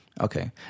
Okay